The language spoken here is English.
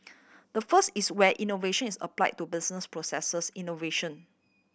the first is where innovation is apply to business processes innovation